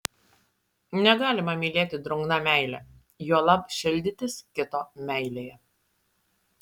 negalima mylėti drungna meile juolab šildytis kito meilėje